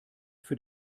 für